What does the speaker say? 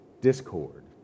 Discord